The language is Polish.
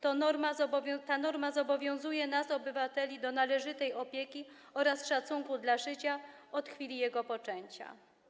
Ta norma zobowiązuje nas, obywateli, do należytej opieki oraz szacunku dla życia od chwili jego poczęcia.